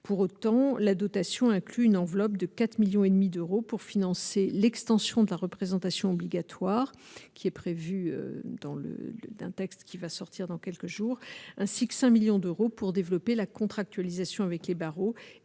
pour autant la dotation inclut une enveloppe de 4 millions et demi d'euros pour financer l'extension de la représentation obligatoire qui est prévu dans le d'un texte qui va sortir dans quelques jours, ainsi que 5 millions d'euros pour développer la contractualisation avec les barreaux